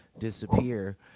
disappear